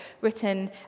written